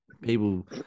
people